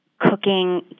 cooking